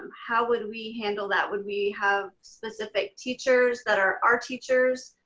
how would we handle that? would we have specific teachers that are art teachers?